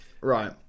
Right